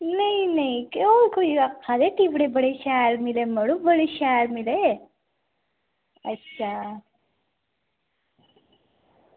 नेईं नेईं होर कोई आक्खा दे टिप्पड़े बड़े शैल मिले यरो बड़े शैल मिले अच्छा